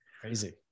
Crazy